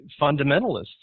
fundamentalists